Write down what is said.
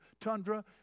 tundra